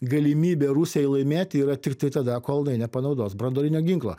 galimybė rusijai laimėti yra tiktai tada kol inai nepanaudos branduolinio ginklo